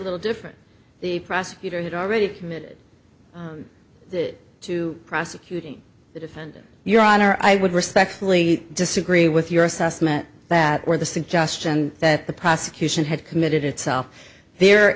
little different the prosecutor had already committed to prosecuting the defendant your honor i would respectfully disagree with your assessment that where the suggestion that the prosecution had committed itself there